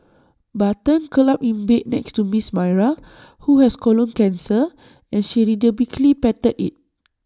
button curled up in bed next to miss Myra who has colon cancer and she rhythmically patted IT